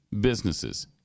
businesses